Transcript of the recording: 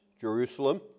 Jerusalem